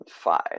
five